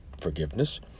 forgiveness